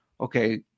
okay